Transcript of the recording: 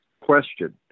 question